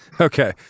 Okay